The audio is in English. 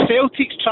Celtic's